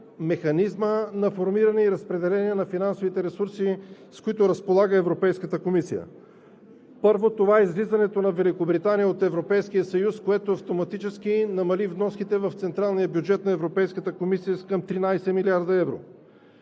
механизма на формиране и разпределение на финансовите ресурси, с които разполага Европейската комисия. Първо, това е излизането на Великобритания от Европейския съюз, което автоматично намали вноските в централния бюджет на Европейската комисия към 13 млрд. евро.